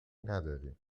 ندارین